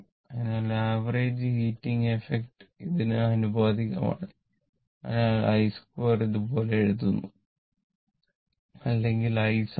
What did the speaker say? അതിനാൽ average heating effect ഇതിന് ആനുപാതികമാണ് അതിനാൽ i2 ഇതുപോലെ എഴുതുന്നു I2 i12 i22